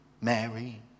Mary